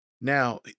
Now